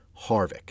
Harvick